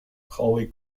holy